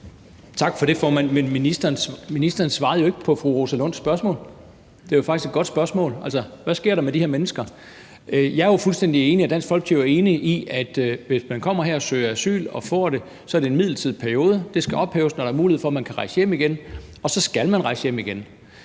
Dahl (DF): Tak for det, formand. Ministeren svarede jo ikke på fru Rosa Lunds spørgsmål. Det var faktisk et godt spørgsmål: Hvad sker der med de her mennesker? Jeg og Dansk Folkeparti er jo fuldstændig enige i, at hvis man kommer her og søger om asyl og får det, er det for en midlertidig periode. Det skal ophæves, når der er mulighed for, at man kan rejse hjem igen – og så skal man rejse hjem igen.